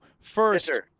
First